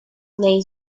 name